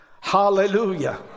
Hallelujah